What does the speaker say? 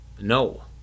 No